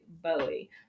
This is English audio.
bowie